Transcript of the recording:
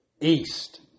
east